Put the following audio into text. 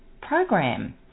program